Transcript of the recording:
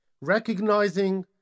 recognizing